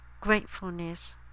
gratefulness